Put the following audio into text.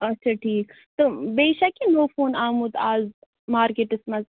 اچھا ٹھیٖک تہٕ بیٚیہِ چھا کینٛہہ نوٚو فون آمُت آز مارکیٹَس منٛز